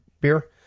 beer